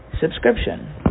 subscription